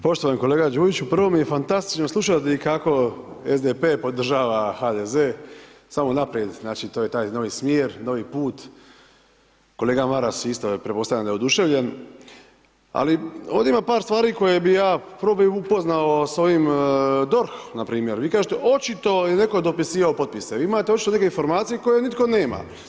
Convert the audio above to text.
Poštovani kolega Đujiću, prvo mi je fantastično slušati kako SDP podržava HDZ, samo naprijed, znači, to je taj novi smjer, novi put, kolega Maras isto, pretpostavljam da je oduševljen, ali ovdje ima par stvari koje bi ja, prvo bi ih upoznao s ovim DORH npr., vi kažete očito je netko dopisivao potpise, vi imate očito neke informacije koje nitko nema.